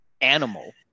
animal